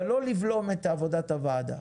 אבל לא לבלום את עבודת הוועדה.